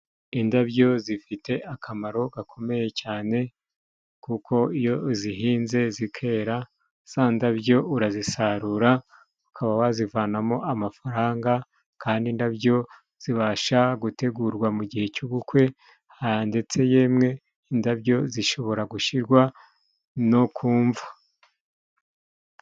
Indabyo zifite akamaro gakomeye cyane kuko iyo zihinze zikera za ndabyo urazisarura ukaba wazivanamo amafaranga, kandi indabyo zibasha gutegurwa mu gihe cy'ubukwe, ha ndetse yemwe indabyo zishobora gushyirwa no ku mva.